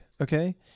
Okay